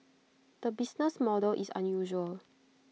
the business model is unusual